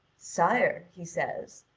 sire, he says,